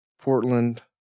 Portland